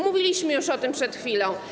Mówiliśmy już o tym przed chwilą.